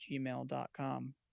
gmail.com